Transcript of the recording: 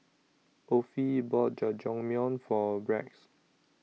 Offie bought Jajangmyeon For Rex